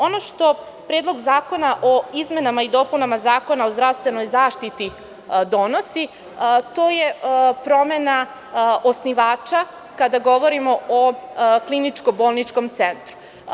Ono što Predlog zakona o izmenama i dopunama Zakona o zdravstvenoj zaštiti donosi, to je promena osnivača kada govorimo o kliničko-bolničkom centru.